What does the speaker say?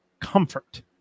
comfort